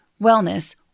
wellness